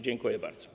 Dziękuję bardzo.